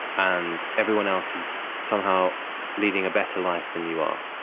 and everyone else is somehow leading a better life than you are.